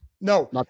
No